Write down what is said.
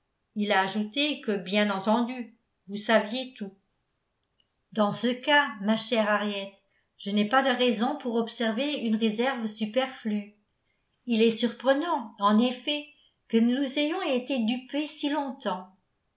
il a ajouté que bien entendu vous saviez tout dans ce cas ma chère henriette je n'ai pas de raison pour observer une réserve superflue il est surprenant en effet que nous ayons été dupés si longtemps